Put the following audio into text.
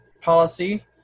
policy